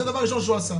זה הדבר הראשון שהוא עשה.